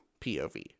POV